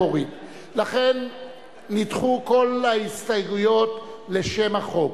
קדימה ושל חבר הכנסת איתן כבל לשם החוק